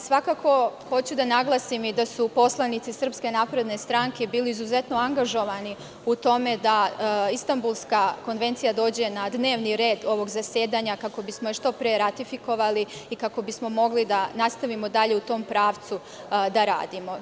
Svakako, hoću da naglasim i da su poslanici SNS bili izuzetno angažovani u tome da Istanbulska konvencija dođe na dnevni red ovog zasedanja kako bismo je što pre ratifikovali i kako bismo mogli da nastavimo dalje u tom pravcu da radimo.